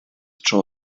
tro